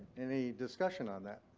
any discussion on that?